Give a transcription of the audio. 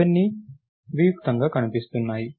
ఇవన్నీ వియుక్తంగా కనిపిస్తున్నాయి